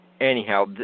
anyhow